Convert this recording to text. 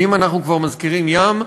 ואם אנחנו כבר מזכירים ים,